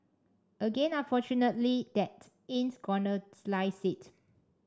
again unfortunately that ain't gonna slice it